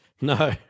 No